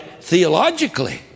theologically